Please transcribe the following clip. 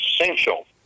essential